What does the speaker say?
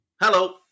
Hello